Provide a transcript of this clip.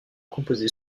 composé